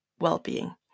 well-being